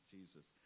Jesus